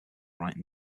writing